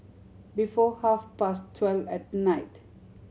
before half past twelve at night